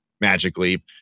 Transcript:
Magically